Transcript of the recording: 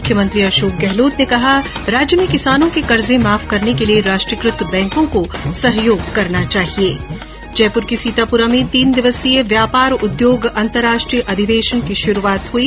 मुख्यमंत्री अशोक गहलोत ने कहा है कि राज्य में किसानों के कर्जे माफ करने के लिए राष्ट्रीयकृत बैंकों को सहयोग करना चाहिए जयपुर के सीतापुरा में तीन दिवसीय व्यापार उद्योग अंतर्राष्ट्रीय अधिवेशन की शुरूआत हुई